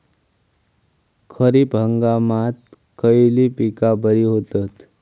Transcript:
खरीप हंगामात खयली पीका बरी होतत?